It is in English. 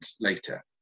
later